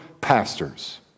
pastors